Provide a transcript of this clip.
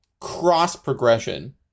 cross-progression